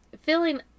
feeling